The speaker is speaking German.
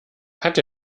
hat